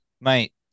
mate